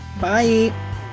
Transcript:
Bye